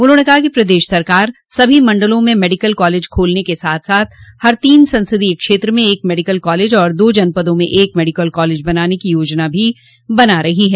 उन्होंने कहा कि प्रदेश सरकार सभी मण्डलों में मेडिकल कॉलेज खोलने के साथ साथ हर तीन संसदीय क्षेत्र में एक मेडिकल कॉलेज और दो जनपदों में एक मेडिकल कॉलेज बनाने की योजना भी बना रहो है